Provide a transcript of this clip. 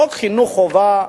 חוק חינוך חובה,